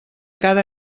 cada